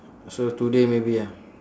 so today maybe ah